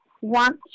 want